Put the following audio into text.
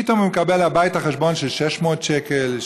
פתאום הוא מקבל חשבון של 600 שקלים,